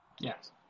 Yes